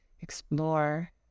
explore